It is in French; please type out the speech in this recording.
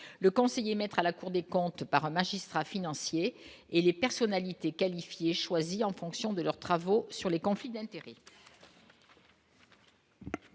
le conseiller maître à la Cour des comptes, par un magistrat financier et des personnalités qualifiées choisies en fonction de leurs travaux sur les conflits d'intérêts.